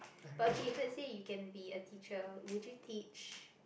but okay so let's say you can be a teacher would you teach